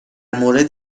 مورد